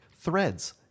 Threads